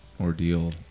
ordeal